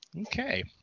okay